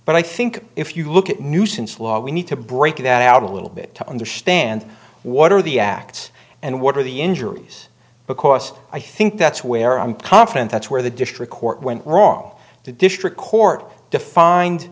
but i think if you look at nuisance law we need to break it out a little bit to understand what are the acts and what are the injuries because i think that's where i'm confident that's where the district court went wrong the district court defined